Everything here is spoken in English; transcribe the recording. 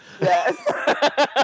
yes